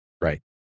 right